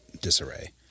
disarray